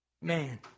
Man